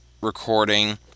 recording